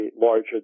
larger